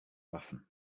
waffen